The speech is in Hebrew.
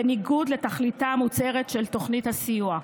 בניגוד לתכליתה המוצהרת של תוכנית הסיוע.